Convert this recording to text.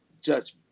judgment